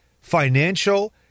financial